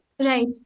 Right